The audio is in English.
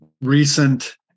recent